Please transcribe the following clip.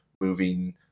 moving –